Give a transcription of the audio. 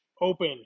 Open